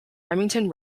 remington